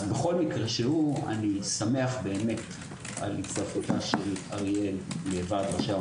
אני שמח באמת על הצטרפותה של אריאל לור"ה,